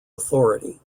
authority